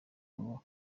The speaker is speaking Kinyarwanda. ngo